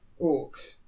orcs